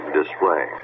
display